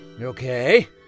Okay